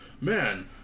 man